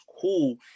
cool